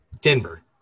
Denver